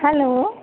hello